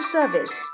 Service